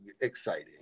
exciting